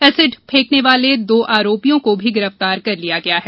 acid फेकने वाले दो आरोपियों को भी गिरफ्तार कर लिया गया है